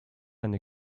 eine